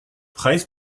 preis